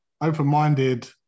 Open-minded